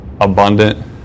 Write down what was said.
abundant